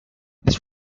this